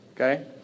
okay